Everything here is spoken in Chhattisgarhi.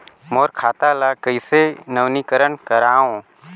मोर खाता ल कइसे नवीनीकरण कराओ?